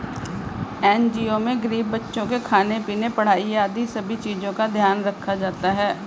NGO में गरीब बच्चों के खाने पीने, पढ़ाई आदि सभी चीजों का ध्यान रखा जाता है